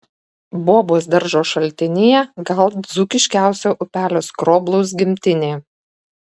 bobos daržo šaltinyje gal dzūkiškiausio upelio skroblaus gimtinė